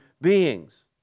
beings